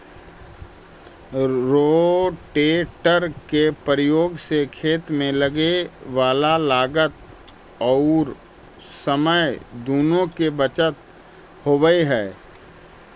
rotator के प्रयोग से खेत में लगे वाला लागत औउर समय दुनो के बचत होवऽ हई